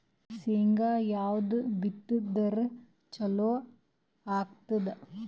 ಶೇಂಗಾ ಯಾವದ್ ಬಿತ್ತಿದರ ಚಲೋ ಆಗತದ?